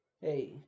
hey